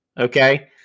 Okay